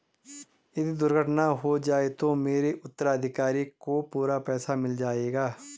यदि दुर्घटना हो जाये तो मेरे उत्तराधिकारी को पूरा पैसा मिल जाएगा?